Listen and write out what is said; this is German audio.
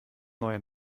neue